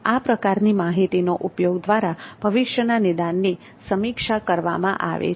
આ પ્રકારની માહિતીનો ઉપયોગ દ્વારા ભવિષ્યના નિદાનની સમીક્ષા કરવા માટે કરવામાં આવે છે